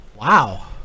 wow